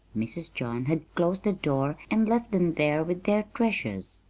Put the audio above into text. mrs. john had closed the door and left them there with their treasures.